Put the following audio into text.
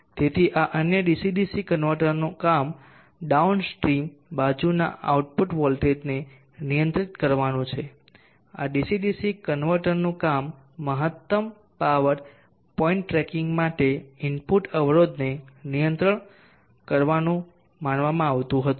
તેથી આ અન્ય ડીસી ડીસી કન્વર્ટરનું કામ ડાઉનસ્ટ્રીમ બાજુના આઉટપુટ વોલ્ટેજને નિયંત્રિત કરવાનું છે આ ડીસી ડીસી કન્વર્ટરનું કામ મહત્તમ પાવર પોઇન્ટ ટ્રેકિંગ માટે ઇનપુટ અવરોધને નિયંત્રિત કરવાનું માનવામાં આવતું હતું